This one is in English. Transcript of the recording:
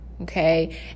Okay